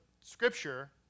Scripture